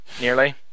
nearly